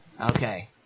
Okay